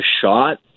shot